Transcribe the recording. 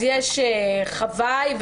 יש חוואי,